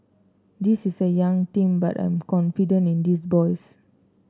this is a young team but I am confident in these boys